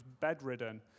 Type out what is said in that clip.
bedridden